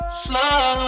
slow